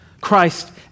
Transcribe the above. Christ